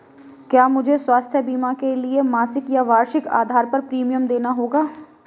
क्या मुझे स्वास्थ्य बीमा के लिए मासिक या वार्षिक आधार पर प्रीमियम देना होगा?